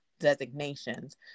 designations